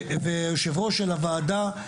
והיושב-ראש של הוועדה,